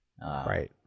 Right